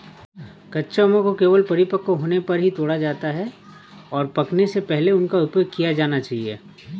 कच्चे आमों को केवल परिपक्व होने पर ही तोड़ा जाता है, और पकने से पहले उनका उपयोग किया जाना चाहिए